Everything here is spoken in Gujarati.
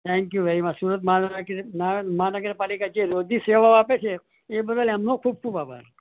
thank you very much Surat મહાનગરપાલિકા જે રોજની સેવાઓ આપે છે એ બદલ એમનો ખૂબ ખૂબ આભાર